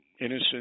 innocent